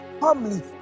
family